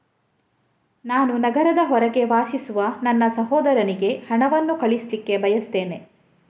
ನಾನು ನಗರದ ಹೊರಗೆ ವಾಸಿಸುವ ನನ್ನ ಸಹೋದರನಿಗೆ ಹಣವನ್ನು ಕಳಿಸ್ಲಿಕ್ಕೆ ಬಯಸ್ತೆನೆ